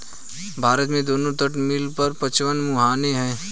भारत में दोनों तट मिला कर पचपन मुहाने हैं